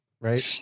Right